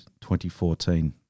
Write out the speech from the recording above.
2014